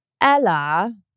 Ella